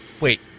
Wait